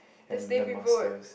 the stay people would